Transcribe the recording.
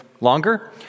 longer